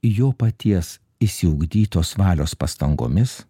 jo paties išsiugdytos valios pastangomis